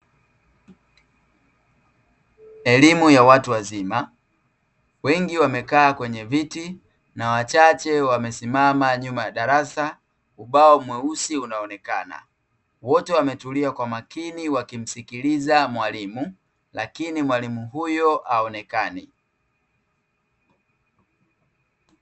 Elimu ya watu wazima, wengi wamekaa kwenye viti na wachache wamesimama nyuma ya darasa, ubao mweusi unaonekana. Wote wametulia kwa makini wakimsikiliza mwalimu, lakini mwalimu huyo haonekani.